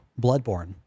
Bloodborne